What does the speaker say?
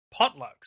potlucks